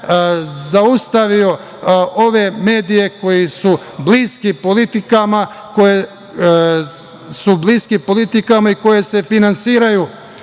zaustavio ove medije koji su bliski politikama i koji se finansiraju